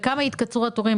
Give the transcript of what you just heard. בכמה יתקצרו התורים?